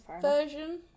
version